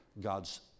God's